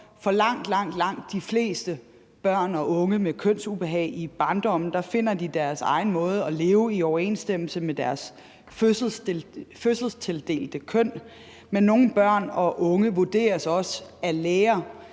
for, for langt, langt de fleste børn og unge med kønsubehag i barndommen finder deres egen måde at leve på i overensstemmelse med deres fødselstildelte køn, men nogle børn og unge vurderes også af læger